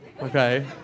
Okay